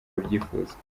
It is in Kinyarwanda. babyifuza